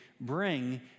bring